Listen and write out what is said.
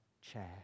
chair